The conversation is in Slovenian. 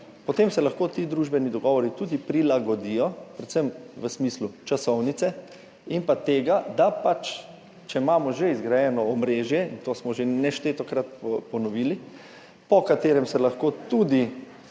potem se lahko ti družbeni dogovori tudi prilagodijo, predvsem v smislu časovnice in tega, da če imamo že zgrajeno omrežje, to smo že neštetokrat ponovili, ki se lahko